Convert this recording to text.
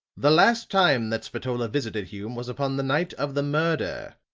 the last time that spatola visited hume was upon the night of the murder.